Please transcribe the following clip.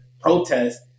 protest